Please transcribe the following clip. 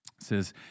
says